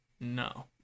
No